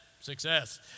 Success